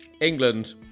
England